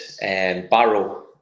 Barrow